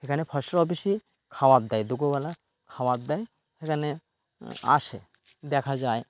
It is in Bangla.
সেখানে ফরেস্টের অফিসেই খাবার দেয় দুপুরবেলা খাাবার দেয় সেখানে আসে দেখা যায়